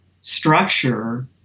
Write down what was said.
structure